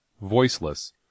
Voiceless